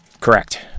Correct